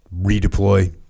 redeploy